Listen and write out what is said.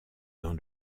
dans